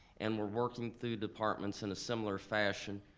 and were working through departments in a similar fashion,